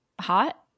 hot